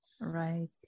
Right